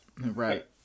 Right